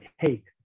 take